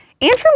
Andrew